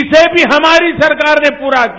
इसे भी हमारी सरकार ने पूरा किया